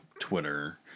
Twitter